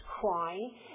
crying